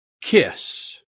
Kiss